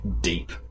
deep